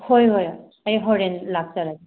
ꯍꯣꯏ ꯍꯣꯏ ꯑꯩ ꯍꯣꯔꯦꯟ ꯂꯥꯛꯆꯔꯒꯦ